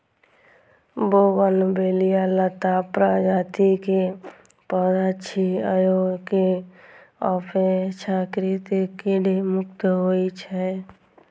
bougainvillea लता प्रजाति के पौधा छियै, जे अपेक्षाकृत कीट मुक्त होइ छै